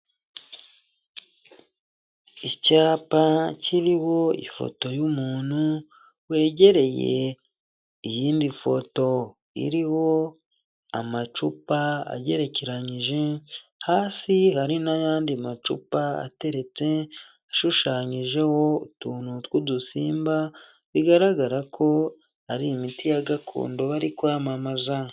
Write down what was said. Icyapa kiriho ifoto y'umuntu wegereye iyindi foto iriho amacupa agerekeranyije, hasi hari n'ayandi macupa ateretse ashushanyijeho utuntu tw'udusimba bigaragara ko ari imiti ya gakondo bari kwamamaza.